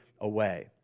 away